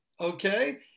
Okay